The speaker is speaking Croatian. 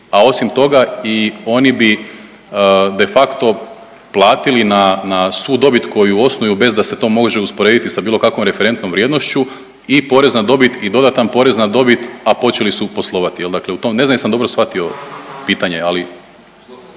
a osim toga i oni bi de facto platili na, na svu dobit koju osnuju bez da se to može usporediti sa bilo kakvom referentnom vrijednošću i porez na dobit i dodatan porez na dobit, a počeli su poslovati, jel dakle u tom, ne znam jesam li dobro shvatio pitanje, ali.